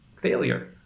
failure